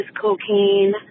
cocaine